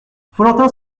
follentin